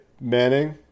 Manning